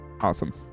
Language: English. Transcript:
awesome